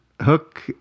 hook